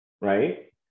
Right